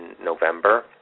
November